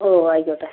ഓഹ് ആയിക്കോട്ടെ